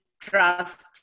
trust